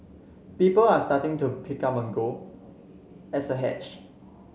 people are starting to pick up on gold as a hedge